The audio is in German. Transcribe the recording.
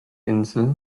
insel